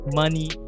money